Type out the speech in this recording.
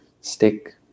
stick